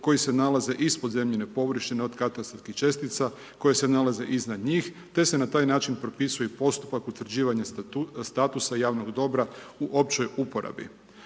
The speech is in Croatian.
koji se nalaze ispod zemljine površine od katastarskih čestica koje se nalaze iznad njih te se na taj način propisuje i postupak utvrđivanja statusa javnog dobra u općoj uporabi.